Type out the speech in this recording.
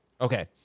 Okay